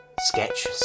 Sketch